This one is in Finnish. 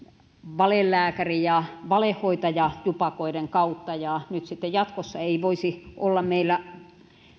valelääkäri ja valehoitajajupakoiden kautta ja nyt sitten jatkossa ei voisi olla meillä